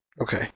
Okay